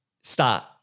start